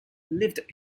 lived